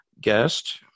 guest